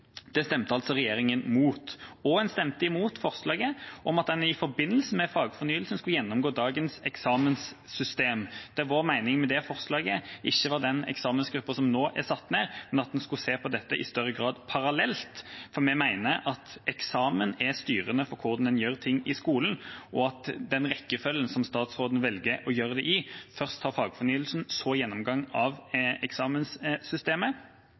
Det stemte altså regjeringspartiene imot, og en stemte imot forslaget om at en i forbindelse med fagfornyelsen skulle gjennomgå dagens eksamenssystem, der vår mening med det forslaget ikke gjaldt den eksamensgruppen som nå er satt ned, men at en skulle se på dette i større grad parallelt. Vi mener at eksamen er styrende for hvordan en gjør ting i skolen, og at den rekkefølgen som statsråden velger å gjøre det i – først ta fagfornyelsen, så gjennomgang av eksamenssystemet